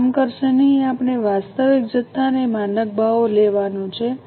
તે કામ કરશે નહીં આપણે વાસ્તવિક જથ્થા અને માનક ભાવો લેવાનું છે